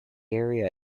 area